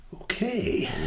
Okay